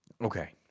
okay